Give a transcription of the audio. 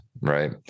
right